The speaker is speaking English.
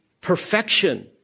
perfection